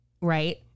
right